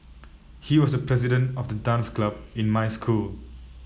he was the president of the dance club in my school